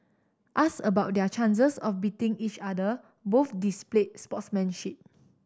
asked about their chances of beating each other both displayed sportsmanship